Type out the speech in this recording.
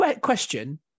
question